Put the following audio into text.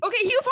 Okay